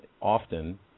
often